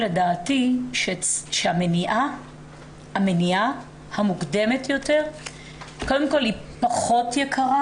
לדעתי הדגש הוא שהמניעה המוקדמת יותר היא פחות יקרה